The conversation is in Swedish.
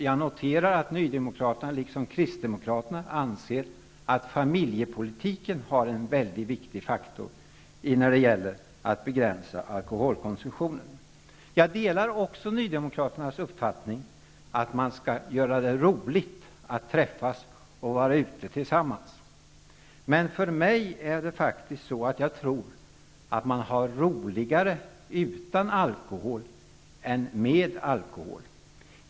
Jag noterar att nydemokraterna liksom kristdemokraterna anser att familjepolitiken har en mycket stor betydelse när det gäller att begränsa alkoholkonsumtionen. Jag delar också nydemokraternas uppfattning att man skall göra det roligt att träffas och vara ute tillsammans. Men jag tror att man har roligare utan alkohol än med alkohol.